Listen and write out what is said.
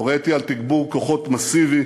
הוריתי על תגבור כוחות מסיבי,